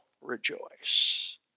rejoice